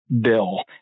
Bill